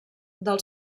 del